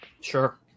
Sure